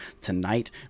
tonight